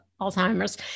Alzheimer's